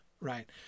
right